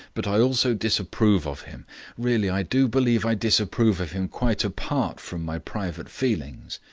but i also disapprove of him really i do believe i disapprove of him quite apart from my private feelings.